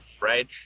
right